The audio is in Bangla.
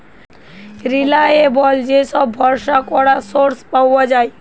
রিলায়েবল যে সব ভরসা করা সোর্স পাওয়া যায়